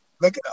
look